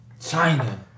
China